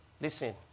Listen